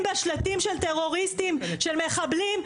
בה שלטים של טרוריסטים של מחבלים,